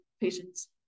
patients